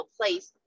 place